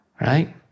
right